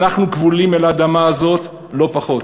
אנחנו כבולים אל האדמה הזו לא פחות.